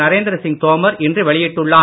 நரேந்திர சிங் தோமர் இன்று வெளியிட்டுள்ளார்